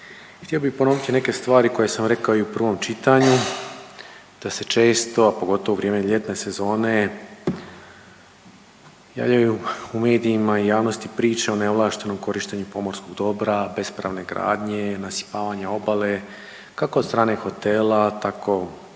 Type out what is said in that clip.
Htio bih ponoviti neke stvari koje sam rekao i u prvom čitanju da se često, a pogotovo u vrijeme ljetne sezone javljaju u medijima i javnosti priče o neovlaštenom korištenju pomorskog dobra, bespravne gradnje, nasipavanja obale kako od strane hotela, tako